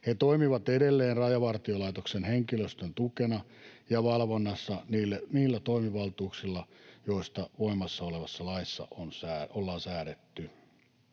He toimivat edelleen Rajavartiolaitoksen henkilöstön tukena ja valvonnassa niillä toimivaltuuksilla, joista voimassa olevassa laissa ollaan säädetty.